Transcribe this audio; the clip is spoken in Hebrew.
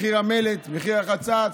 מחיר המלט, מחיר החצץ,